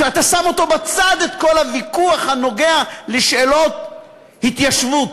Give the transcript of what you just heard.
שאתה שם בצד את כל הוויכוח הנוגע לשאלות התיישבות.